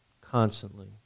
constantly